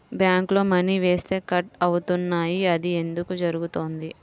బ్యాంక్లో మని వేస్తే కట్ అవుతున్నాయి అది ఎందుకు జరుగుతోంది?